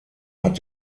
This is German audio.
hat